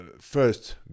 first